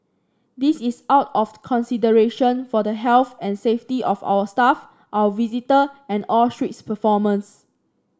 this is out of consideration for the health and safety of our staff our visitor and all street performers